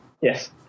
yes